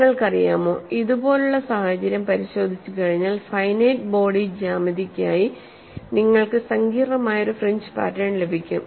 നിങ്ങൾക്കറിയാമോ ഇതുപോലുള്ള സാഹചര്യം പരിശോധിച്ചുകഴിഞ്ഞാൽ ഫൈനൈറ്റ് ബോഡി ജ്യാമിതിക്കായി നിങ്ങൾക്ക് സങ്കീർണ്ണമായ ഒരു ഫ്രിഞ്ച് പാറ്റേൺ ലഭിക്കും